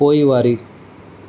पोइवारी